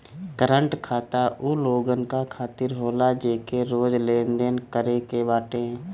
current खाता उ लोगन खातिर होला जेके रोज लेनदेन करे के बाटे